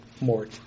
more